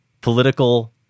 political